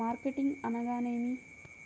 Marketing అనగానేమి?